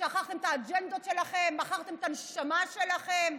שכחתם את האג'נדות שלכם, מכרתם את הנשמה שלכם,